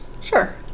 sure